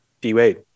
D-Wade